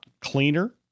cleaner